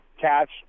catch